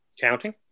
Counting